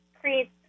creates